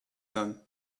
son